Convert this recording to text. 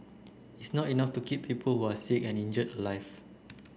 it's not enough to keep people who are sick and injured alive